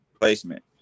Placement